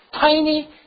tiny